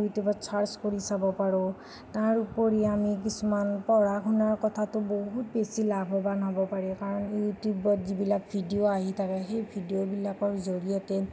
ইউটিউবত ছাৰ্চ কৰি চাব পাৰোঁ তাৰ উপৰি আমি কিছুমান পঢ়া শুনাৰ কথাতো বহুত বেছি লাভবান হ'ব পাৰে কাৰণ ইউটিউবত যিবিলাক ভিডিঅ' আহি থাকে সেই ভিডিঅবিলাকৰ জৰিয়তে